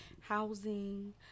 Housing